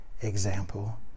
example